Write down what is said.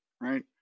right